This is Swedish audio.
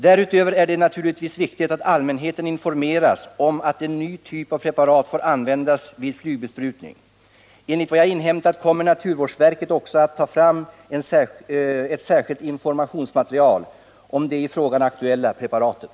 Därutöver är det naturligtvis viktigt att allmänheten informeras om att en ny typ av preparat får användas vid flygbesprutning. Enligt vad jag inhämtat kommer naturvårdsverket också att ta fram ett särskilt informationsmaterial om det i frågan aktuella preparatet.